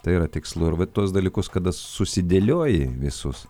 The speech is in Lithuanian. tai yra tikslu ir va tuos dalykus kada susidėlioji visus